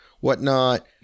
whatnot